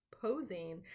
posing